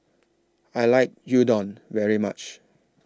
I like Gyudon very much